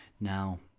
Now